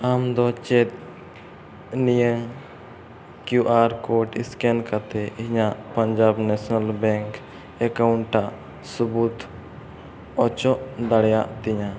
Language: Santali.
ᱟᱢ ᱫᱚ ᱪᱮᱫ ᱱᱤᱭᱟᱹ ᱠᱤᱭᱩ ᱟᱨ ᱠᱳᱰ ᱥᱠᱮᱱ ᱠᱟᱛᱮᱫ ᱤᱧᱟᱹᱜ ᱯᱟᱧᱡᱟᱵᱽ ᱱᱮᱥᱮᱱᱟᱞ ᱵᱮᱝᱠ ᱮᱠᱟᱣᱩᱱᱴ ᱴᱟᱜ ᱥᱟᱹᱵᱩᱫᱽ ᱚᱪᱚᱜ ᱫᱟᱲᱮᱭᱟᱜ ᱛᱤᱧᱟᱹ